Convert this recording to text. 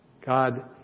God